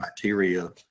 criteria